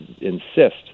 insist